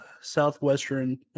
Southwestern